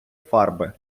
фарби